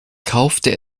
kaufte